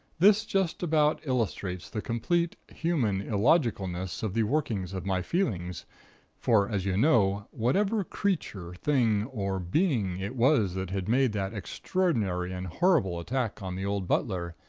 this just about illustrates the completely human illogicalness of the workings of my feelings for, as you know, whatever creature, thing, or being it was that had made that extraordinary and horrible attack on the old butler,